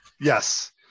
Yes